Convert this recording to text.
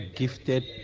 gifted